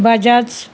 Bajaj